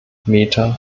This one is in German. meter